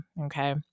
okay